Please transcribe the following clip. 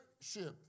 ship